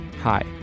Hi